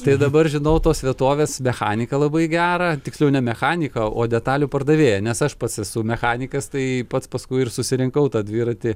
tai dabar žinau tos vietovės mechaniką labai gerą tiksliau ne mechaniką o detalių pardavėją nes aš pats esu mechanikas tai pats paskui ir susirinkau tą dviratį